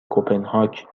کپنهاک